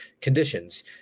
conditions